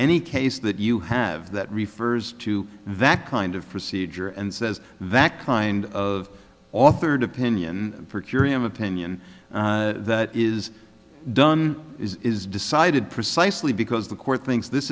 any case that you have that refers to that kind of procedure and says that kind of authored opinion for curiam opinion that is done is decided precisely because the court thinks this